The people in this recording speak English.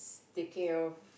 take care of